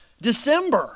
december